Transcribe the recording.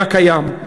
היה קיים.